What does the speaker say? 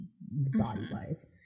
body-wise